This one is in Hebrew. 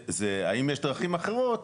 זה האם יש דרכים אחרות